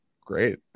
Great